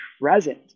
present